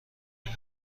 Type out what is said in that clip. این